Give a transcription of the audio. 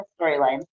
storyline